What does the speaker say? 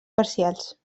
parcials